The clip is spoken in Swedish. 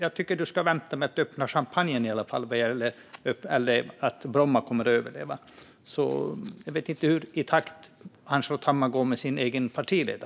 Jag tycker att du i alla fall ska vänta med att öppna champagnen för att Bromma kommer att överleva.